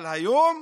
אבל היום,